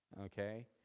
okay